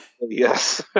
Yes